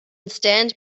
stand